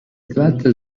tratta